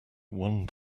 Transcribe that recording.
one